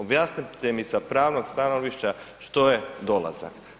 Objasnite mi sa pravnog stanovišta što je dolazak.